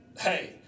hey